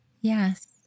Yes